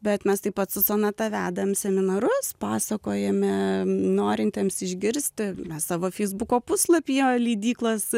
bet mes taip pat su sonata vedam seminarus pasakojame norintiems išgirsti mes savo feisbuko puslapyje leidyklos